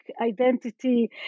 identity